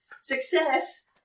Success